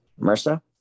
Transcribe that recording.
MRSA